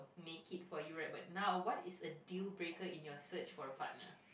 make it for you right but now what is a due breaker in your search for a partner